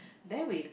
then we